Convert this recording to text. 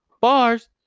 Bars